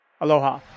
Aloha